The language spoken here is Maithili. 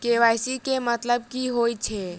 के.वाई.सी केँ मतलब की होइ छै?